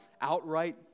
outright